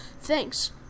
Thanks